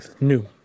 New